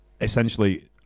essentially